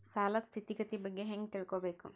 ಸಾಲದ್ ಸ್ಥಿತಿಗತಿ ಬಗ್ಗೆ ಹೆಂಗ್ ತಿಳ್ಕೊಬೇಕು?